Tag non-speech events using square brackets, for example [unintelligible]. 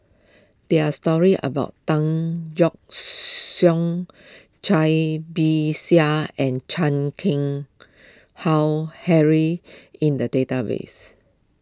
there are stories about Tan Yeok [unintelligible] Cai Bixia and Chan Keng Howe Harry in the database